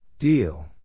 Deal